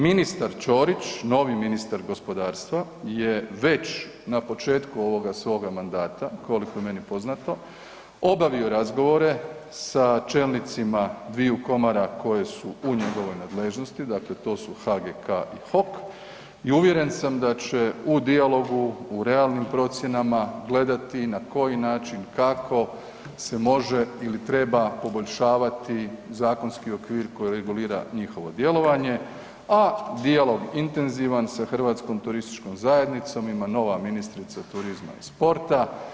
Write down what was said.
Ministar Ćorić, novi ministar gospodarstva je već na početku ovoga svoga mandata, koliko je meni poznato, obavio razgovore sa čelnicima dviju komora koje su u njegovoj nadležnosti, dakle, to su HGK i HOK i uvjeren sam da će u dijalogu u realnim procjenama gledati na koji način, kako se može ili treba poboljšavati zakonski okvir koji regulira njihovo djelovanje, a dijalog intenzivan sa Hrvatskom turističkom zajednicom ima nova ministrica turizma i sporta.